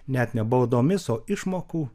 net ne baudomis o išmokų